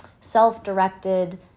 self-directed